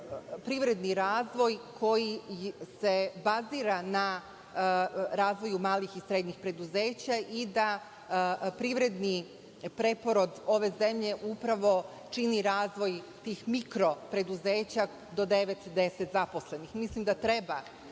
privredni razvoj koji se bazira na razvoju malih i srednjih preduzeća i da privredni preporod ove zemlje upravo čini razvoj tih mikro preduzeća do devet, deset zaposlenih. Mislim da treba